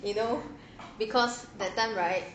you know because that time right